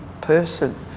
person